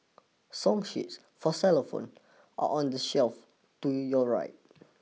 song sheets for xylophone are on the shelf to your right